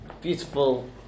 beautiful